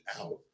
out